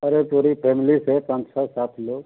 अरे पूरी फ़ैमिली से हैं पाँच छः सात लोग